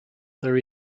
there